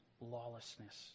lawlessness